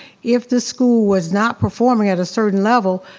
if the school was not performing at a certain level,